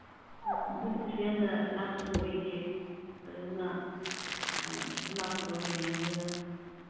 ꯎꯝ ꯑꯗꯨꯗꯤ ꯀꯩꯁꯨ ꯌꯥꯝꯅ ꯂꯥꯞꯄꯁꯨ ꯑꯣꯏꯗꯦ ꯑꯗꯨꯅ ꯑꯗꯨꯝ ꯂꯥꯛꯄꯤꯔꯣ ꯃꯦꯝꯍꯣꯏ